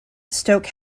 stoke